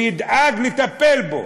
הוא ידאג לטפל בו.